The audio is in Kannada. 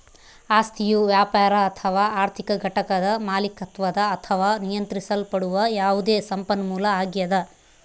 ಆಸ್ತಿಯು ವ್ಯಾಪಾರ ಅಥವಾ ಆರ್ಥಿಕ ಘಟಕದ ಮಾಲೀಕತ್ವದ ಅಥವಾ ನಿಯಂತ್ರಿಸಲ್ಪಡುವ ಯಾವುದೇ ಸಂಪನ್ಮೂಲ ಆಗ್ಯದ